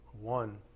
one